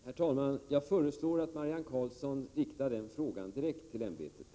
Herr talman! Jag föreslår att Marianne Karlsson riktar den frågan direkt till ämbetet.